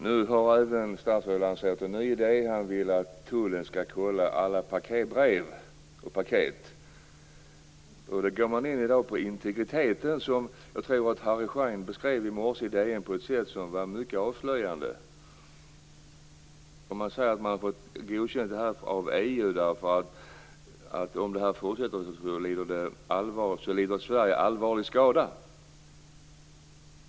Nu har statsrådet även lanserat en ny idé. Han vill att tullen skall kolla alla brev och paket. Då kommer man in på integriteten, som jag tror att Harry Schein beskrev i morse i DN på ett sätt som var mycket avslöjande. Man säger att man har fått detta godkänt av EU eftersom Sverige lider allvarlig skada om det fortsätter som nu.